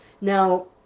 Now